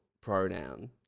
pronoun